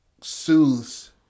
soothes